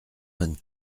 vingt